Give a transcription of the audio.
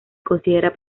considera